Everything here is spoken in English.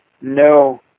no